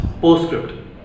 Postscript